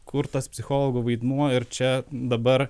kur tas psichologų vaidmuo ir čia dabar